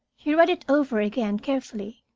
he read it over again carefully,